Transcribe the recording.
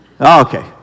Okay